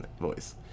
voice